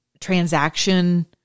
transaction